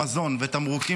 המזון והתמרוקים,